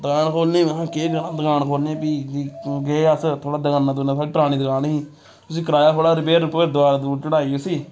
दकान खोलने गी हून महां केह् दकान खोलने फ्ही गे अस थोह्ड़ा दकाना दकाना थोह्ड़ी परानी दकान ही उसी कराया थोह्ड़ा रिपेयर रपूयर दवार दवूर चढ़ाई उसी